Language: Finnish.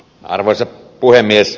arvoisa puhemies